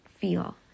feel